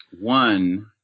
One